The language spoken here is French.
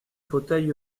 fauteuil